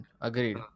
Agreed